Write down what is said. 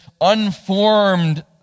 unformed